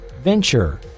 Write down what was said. Venture